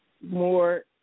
more